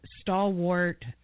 stalwart